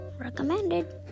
recommended